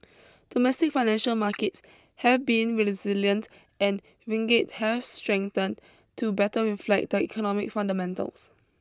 domestic financial markets have been resilient and ringgit has strengthened to better reflect the economic fundamentals